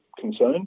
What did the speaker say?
concern